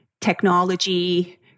technology